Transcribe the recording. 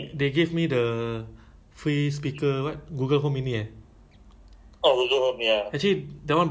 ah live streaming ah as long you got wifi lah